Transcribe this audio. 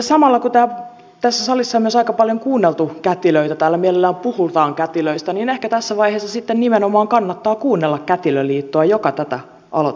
samalla kun tässä salissa on myös aika paljon kuunneltu kätilöitä täällä mielellään puhutaan kätilöistä niin ehkä tässä vaiheessa sitten nimenomaan kannattaa kuunnella kätilöliittoa joka tätä aloitetta vastustaa